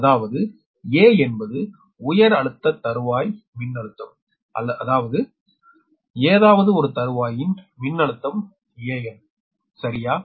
அதாவது 'a' என்பது உயர் அழுத்த தருவாய் மின்னழுத்தம் அதாவது ஏதாவது ஒரு தருவாய்யின் மின்னழுத்தம் VAn சரியா